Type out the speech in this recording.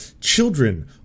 Children